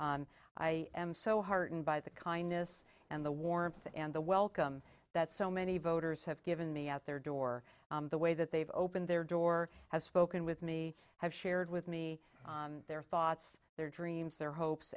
and i am so heartened by the kindness and the warmth and the welcome that so many voters have given me at their door the way that they've opened their door have spoken with me have shared with me their thoughts their dreams their hopes